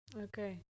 Okay